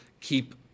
keep